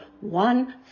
one